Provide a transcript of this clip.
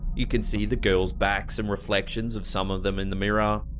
you can see the girls backs and reflections of some of them in the mirror,